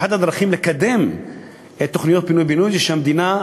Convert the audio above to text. אחת הדרכים לקדם את תוכניות פינוי-בינוי היא שהמדינה,